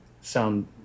sound